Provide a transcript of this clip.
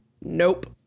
Nope